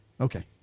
Okay